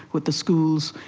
with the schools,